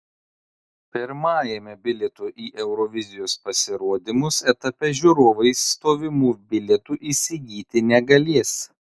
pirmajame bilietų į eurovizijos pasirodymus etape žiūrovai stovimų bilietų įsigyti negalės